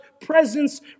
presence